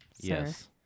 Yes